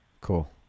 cool